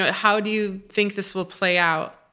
how do you think this will play out?